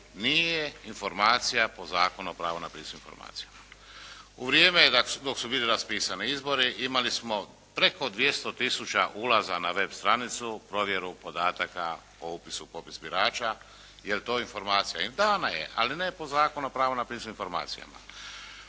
nije informacija po Zakonu o pravu na pristup informacijama. U vrijeme je, dok su bili raspisani izbori, imali smo preko 200 tisuća ulaza na web stranicu, provjeru podataka o upisu u popis birača, jer je to informacija, dana je, ali ne po Zakonu o pravu na pristup informacijama.